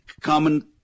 common